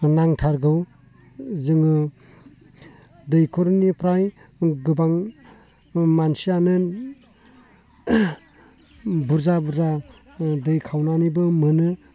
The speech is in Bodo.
नांथारगौ जोङो दैखरनिफ्राय गोबां मानसियानो बुरजा बुरजा दै खावनानैबो मोनो